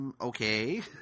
Okay